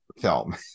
film